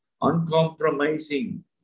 uncompromising